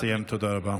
תודה רבה.